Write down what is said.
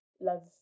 love